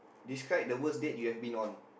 describe the worst date you have been on